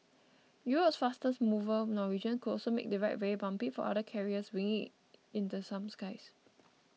Europe's fastest mover Norwegian could also make the ride very bumpy for other carriers winging it in the same skies